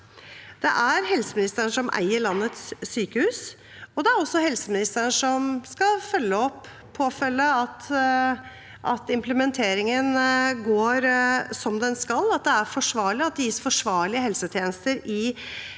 Det er helseministeren som eier landets sykehus, og det er også helseministeren som skal følge opp at implementeringen går som den skal, at det er forsvarlig, og at det